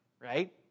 right